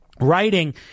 writing